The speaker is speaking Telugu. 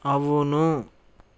అవును